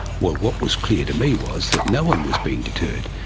what what was clear to me was that no one was being deterred.